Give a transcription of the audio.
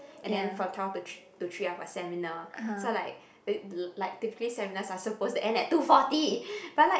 and then for twelve to thr~ to three I have a seminar so like like typically seminars are supposed to end at two forty but like